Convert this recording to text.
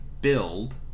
build